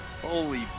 Holy